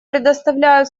предоставляю